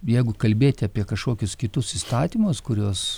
jeigu kalbėti apie kažkokius kitus įstatymus kuriuos